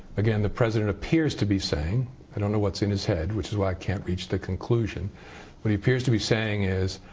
again, the president appears to be saying i don't know what's in his head, which is why i can't reach the conclusion what he appears to be saying is,